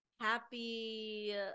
Happy